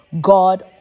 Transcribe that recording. God